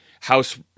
house